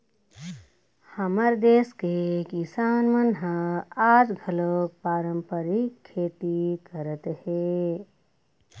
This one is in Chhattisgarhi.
हमर देस के किसान मन ह आज घलोक पारंपरिक खेती करत हे